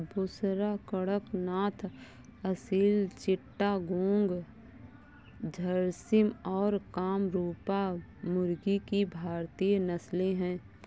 बुसरा, कड़कनाथ, असील चिट्टागोंग, झर्सिम और कामरूपा मुर्गी की भारतीय नस्लें हैं